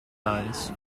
dies